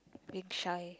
being shy